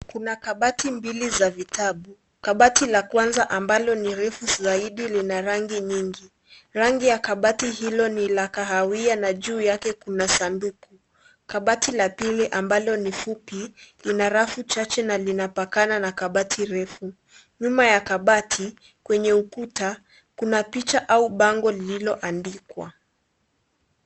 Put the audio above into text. Kuna kabati mbili za vitabu ,kabati la kwanza ambalo ni refu zaidi Lina rangi nyingi, rangi ya kabati hilo ni la kahawia na juu yake kuna sanduku , kabati la pili ambalo ni fulinina rafu chache na linafanana na kabati hilo. Nyuma ya kabati kwenye ukuta kuna picha au bango lililoandikwa.